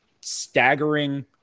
staggering